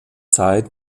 zeit